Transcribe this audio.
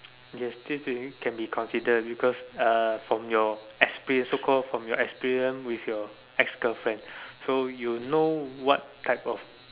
yes still still can be considered because uh from your experience so called from your experience with your ex girlfriend so you know what type of